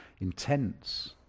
intense